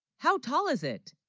how tall is it?